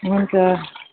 हुन्छ